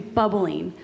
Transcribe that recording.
bubbling